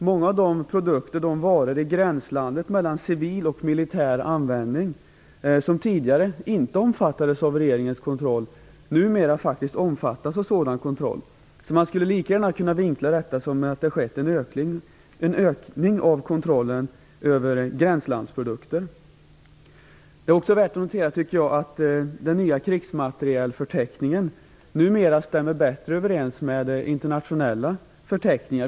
Många av de produkter som befunnit sig i gränslandet för civil och militär användning, och som tidigare inte omfattades av regeringens kontroll, numera faktiskt omfattas av sådan kontroll. Man skulle lika gärna kunna vinkla detta och säga att det skett en ökning av kontrollen av gränslandsprodukter. Det är också värt att notera att den nya krigsmaterielförteckningen numera stämmer bättre överens med internationella förteckningar.